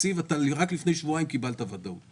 רק לפני שבועיים קיבלת ודאות עם התקציב.